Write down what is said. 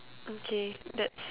okay that's